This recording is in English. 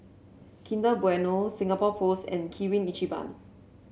Kinder Bueno Singapore Post and Kirin Ichiban